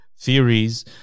theories